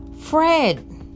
Fred